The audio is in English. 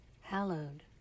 hallowed